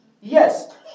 Yes